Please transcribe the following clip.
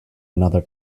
another